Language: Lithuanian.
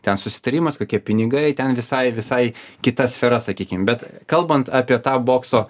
ten susitarimas kokie pinigai ten visai visai kita sfera sakykim bet kalbant apie tą bokso